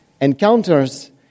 Encounters